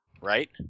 right